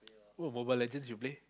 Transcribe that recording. what Mobile Legends you play